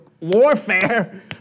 warfare